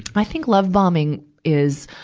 i think love bombing is,